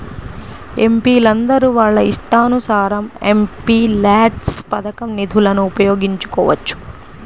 ఎంపీలందరూ వాళ్ళ ఇష్టానుసారం ఎంపీల్యాడ్స్ పథకం నిధులను ఉపయోగించుకోవచ్చు